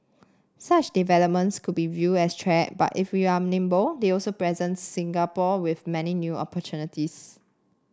such developments could be viewed as threat but if we are nimble they also present Singapore with many new opportunities